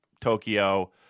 Tokyo